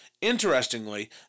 Interestingly